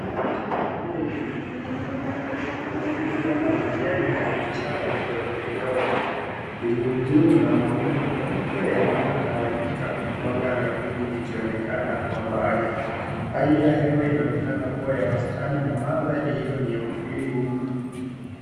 Huu ni mlima, umefunika na majani na vichaka vidogo vidogo. Mbingu juu una mawingu meupe yaliyotawanyika huku anga la bubu likionekana kwa mbali. Hali ya hewa inaonekana kuwa ya wastani na mandhari hiyo ni ya utulivu mno.